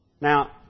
Now